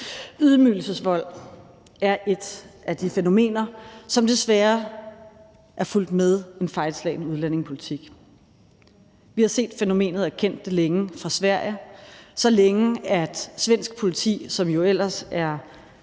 Ydmygelsesvold er et af de fænomener, som desværre er fulgt med den fejlslagne udlændingepolitik. Vi har set fænomenet og kendt det længe fra Sverige, så længe, at svensk politi – hvor der ellers er